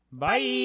Bye